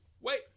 Wait